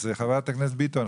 אז חברת הכנסת ביטון,